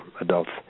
adults